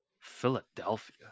Philadelphia